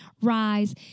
rise